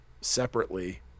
separately